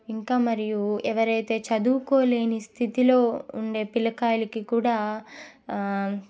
ఇంకా మరియు ఎవరైతే చదువుకోలేని స్థితిలో ఉండే పిల్లకాయలకి కూడా